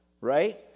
right